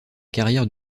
carrière